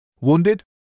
Wounded